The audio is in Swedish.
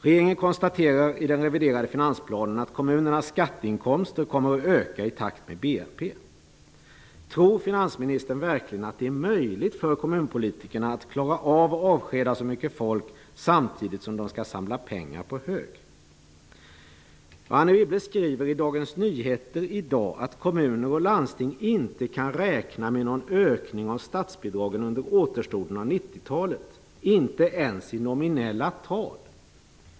Regeringen konstaterar i den reviderade finansplanen att kommunernas skatteinkomster kommer att öka i takt med BNP:s utveckling. Tror finansministern verkligen att det är möjligt för kommunpolitikerna att klara av att avskeda så mycket folk samtidigt som de skall samla pengar på hög? Anne Wibble skriver i Dagens Nyheter i dag att kommuner och landsting inte kan räkna med någon ökning av statsbidragen under återstoden av 90 talet, inte ens i nominella tal.